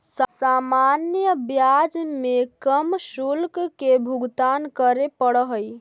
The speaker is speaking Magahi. सामान्य ब्याज में कम शुल्क के भुगतान करे पड़ऽ हई